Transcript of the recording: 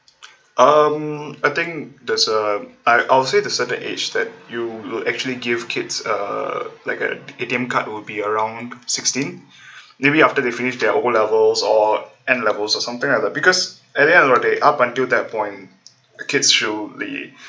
um I think there's a I I'll say to a certain age that you will actually give kids a like a A_T_M card will be around sixteen maybe after they finish their O levels or N levels or something like that because at the end of the day up until that point the kids should be